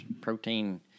protein